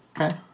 Okay